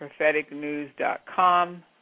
propheticnews.com